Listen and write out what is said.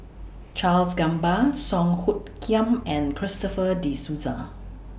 Charles Gamba Song Hoot Kiam and Christopher De Souza